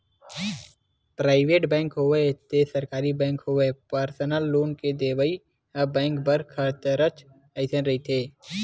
private bank होवय ते सरकारी बेंक होवय परसनल लोन के देवइ ह बेंक बर खतरच असन रहिथे